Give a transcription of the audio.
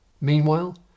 Meanwhile